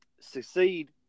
succeed